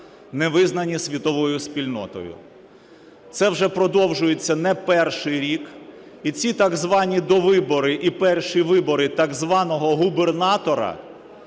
не визнані світовою спільнотою. Це вже продовжується не перший рік. І ці так звані довибори, і перші вибори так званого губернатора